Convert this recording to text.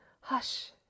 Hush